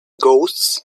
ghosts